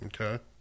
Okay